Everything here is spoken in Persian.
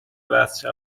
وصل